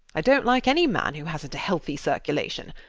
i dont like any man who hasnt a healthy circulation.